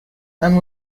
and